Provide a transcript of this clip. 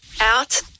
out